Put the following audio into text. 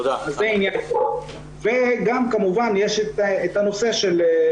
גם כמובן יש את הנושא של,